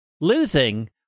Losing